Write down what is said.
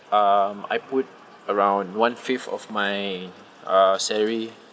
um I put around one fifth of my uh salary